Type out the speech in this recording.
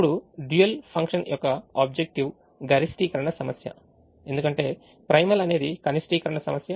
ఇప్పుడు dual function యొక్క objective గరిష్టీకరణ సమస్య ఎందుకంటే ప్రైమల్ అనేది కనిష్టీకరణ సమస్య